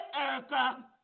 Erica